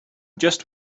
just